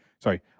sorry